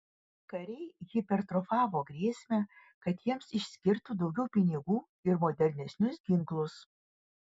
kariai hipertrofavo grėsmę kad jiems išskirtų daugiau pinigų ir modernesnius ginklus